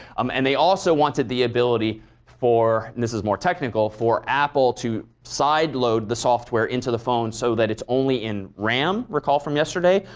um and they also wanted the ability for and this is more technical for apple to side load the software into the phone so that it's only in ram recall from yesterday,